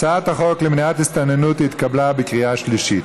הצעת החוק למניעת הסתננות התקבלה בקריאה שלישית,